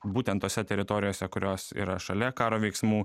būtent tose teritorijose kurios yra šalia karo veiksmų